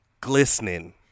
Glistening